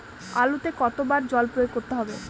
আলুতে কতো বার জল প্রয়োগ করতে হবে?